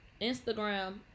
Instagram